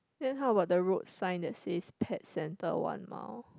then how about the road sign that says pet center one mile